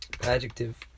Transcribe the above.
Adjective